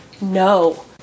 No